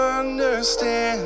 understand